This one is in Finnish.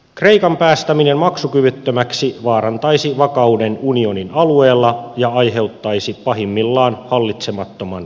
kreikan päästäminen maksukyvyttömäksi vaarantaisi vakauden unionin alueella ja aiheuttaisi pahimmillaan hallitsemattoman ketjureaktion